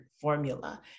formula